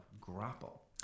grapple